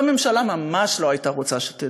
והממשלה ממש לא הייתה רוצה שתדעו.